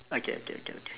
okay okay okay okay